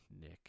Nick